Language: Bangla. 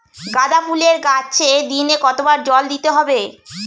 গাদা ফুলের গাছে দিনে কতবার জল দিতে হবে?